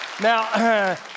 Now